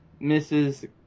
Mrs